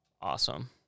awesome